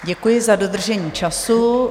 Děkuji za dodržení času.